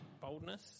boldness